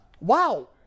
Wow